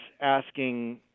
asking